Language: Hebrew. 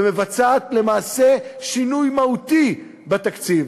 ומבצעת למעשה שינוי מהותי בתקציב?